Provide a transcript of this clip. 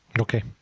Okay